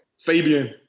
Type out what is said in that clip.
Fabian